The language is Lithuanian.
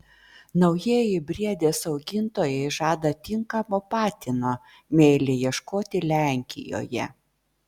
naujieji briedės augintojai žada tinkamo patino meilei ieškoti lenkijoje